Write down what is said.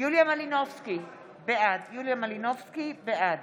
יוליה מלינובסקי קונין, בעד